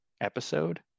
episode